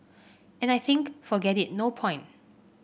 and I think forget it no point